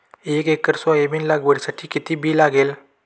एक एकर सोयाबीन लागवडीसाठी किती बी लागेल?